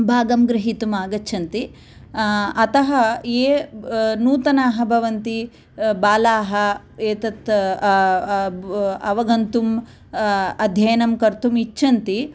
भागं गृहीतुम् आगच्छन्ति अतः ये नूतनाः भवन्ति बालाः एतत् अवगन्तुम् अध्ययनं कर्तुम् इच्छन्ति